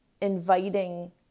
inviting